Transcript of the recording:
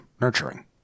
nurturing